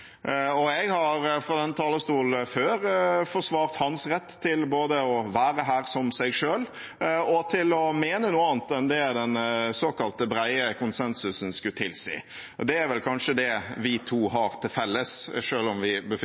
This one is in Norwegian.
Jeg har fra denne talerstolen før forsvart hans rett til både å være her som seg selv og til å mene noe annet enn det den såkalte brede konsensusen skulle tilsi. Det er vel kanskje det vi to har til felles – selv om vi